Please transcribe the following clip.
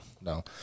No